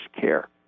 care